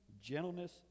gentleness